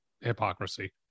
hypocrisy